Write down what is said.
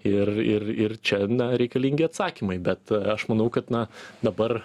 ir ir ir čia reikalingi atsakymai bet aš manau kad na dabar